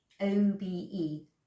O-B-E